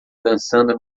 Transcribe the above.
dançando